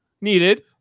needed